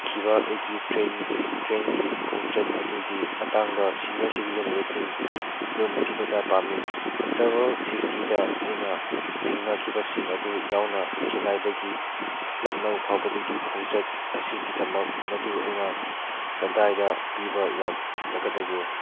ꯈꯤꯕ ꯑꯩꯒꯤ ꯇ꯭ꯔꯦꯟ ꯇ꯭ꯔꯦꯟꯒꯤ ꯈꯣꯡꯆꯠ ꯑꯗꯨꯒꯤ ꯃꯇꯥꯡꯗ ꯁꯦꯅꯤꯌꯔ ꯁꯤꯇꯤꯖꯦꯟ ꯋꯦꯠꯇꯤꯡ ꯔꯨꯝ ꯄꯤꯕꯗ ꯄꯥꯝꯃꯤ ꯇ꯭ꯔꯥꯕꯦꯜ ꯐꯤꯞꯇꯤꯗ ꯑꯩꯅ ꯊꯦꯡꯅꯈꯤꯕꯁꯤꯡ ꯑꯗꯨ ꯌꯥꯎꯅ ꯆꯤꯅꯥꯏꯗꯒꯤ ꯂꯈꯅꯧ ꯐꯥꯎꯕꯗꯒꯤ ꯈꯣꯡꯆꯠ ꯑꯁꯤꯒꯤꯗꯃꯛ ꯃꯗꯨ ꯑꯩꯅ ꯀꯗꯥꯏꯗ ꯄꯤꯕ ꯌꯥꯒꯗꯒꯦ